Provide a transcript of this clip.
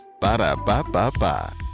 Ba-da-ba-ba-ba